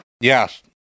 yes